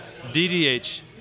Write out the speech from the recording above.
DDH